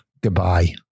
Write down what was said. Goodbye